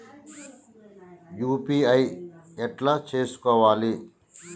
UPI ఎట్లా చేసుకోవాలి?